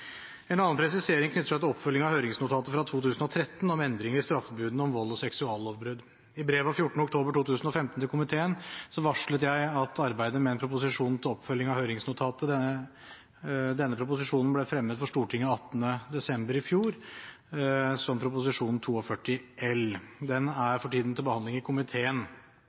En annen presisering knytter seg til oppfølging av høringsnotatet fra 2013, om endringer i straffebudene om vold og seksuallovbrudd. I brev av 14. oktober 2015 til komiteen varslet jeg at jeg arbeidet med en proposisjon til oppfølging av høringsnotatet. Denne proposisjonen ble fremmet for Stortinget den 18. desember i fjor, som Prop. 42 L for 2015–2016. Den er for tiden til behandling i komiteen.